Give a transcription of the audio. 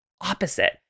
opposite